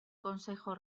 consejo